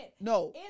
no